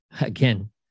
Again